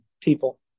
people